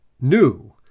new